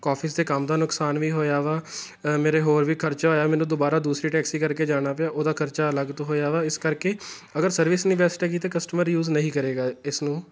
office ਦੇ ਕੰਮ ਦਾ ਨੁਕਸਾਨ ਵੀ ਹੋਇਆ ਵਾ ਮੇਰੇ ਹੋਰ ਵੀ ਖਰਚਾ ਹੋਇਆ ਮੈਨੂੰ ਦੁਬਾਰਾ ਦੂਸਰੀ ਟੈਕਸੀ ਕਰਕੇ ਜਾਣਾ ਪਿਆ ਉਹਦਾ ਖਰਚਾ ਅਲੱਗ ਤੋਂ ਹੋਇਆ ਵਾ ਇਸ ਕਰਕੇ ਅਗਰ ਸਰਵਿਸ ਨਹੀਂ ਵੈਸਟ ਹੈਗੀ ਤਾਂ ਕਸਟਮਰ ਯੂਜ਼ ਨਹੀਂ ਕਰੇਗਾ ਇਸ ਨੂੰ